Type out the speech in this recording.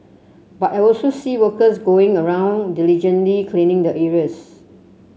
but I also see workers going around diligently cleaning the areas